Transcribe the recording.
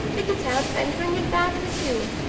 pick it up and bring it back with you.